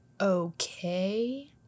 okay